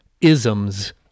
isms